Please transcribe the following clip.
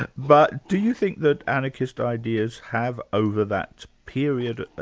and but do you think that anarchist ideas have, over that period,